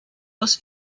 aus